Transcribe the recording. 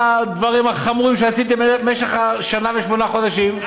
הדברים החמורים שעשיתם במשך שנה ושמונה חודשים.